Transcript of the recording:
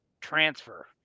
transfer